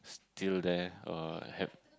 still there or have